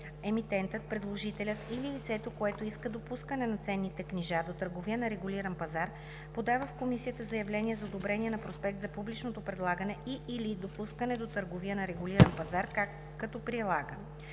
Емитентът, предложителят или лицето, което иска допускане на ценните книжа до търговия на регулиран пазар, подава в комисията заявление за одобрение на проспект за публично предлагане и/или допускане до търговия на регулиран пазар, като прилага: